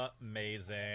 amazing